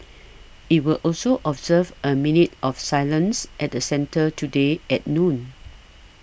it will also observe a minute of silence at the centre today at noon